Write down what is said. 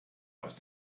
aus